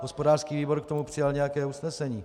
Hospodářský výbor k tomu přijal nějaké usnesení.